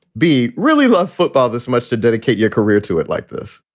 be really love football this much to dedicate your career to it like this?